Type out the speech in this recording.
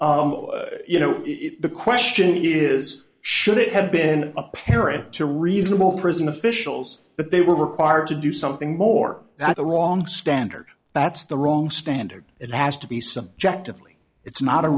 you know the question is should it have been apparent to reasonable prison officials that they were required to do something more than the wrong standard that's the wrong standard it has to be subjectively it's not a